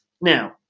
Now